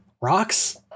rocks